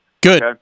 Good